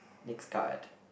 next card